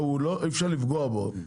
מאיפה אני אביא כסף?